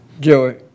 Joey